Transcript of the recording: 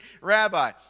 rabbi